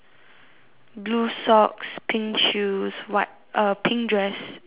blue socks pink shoes white uh pink dress and green hat